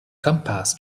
compass